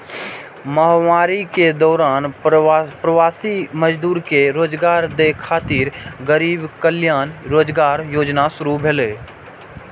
महामारी के दौरान प्रवासी मजदूर कें रोजगार दै खातिर गरीब कल्याण रोजगार योजना शुरू भेलै